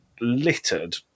littered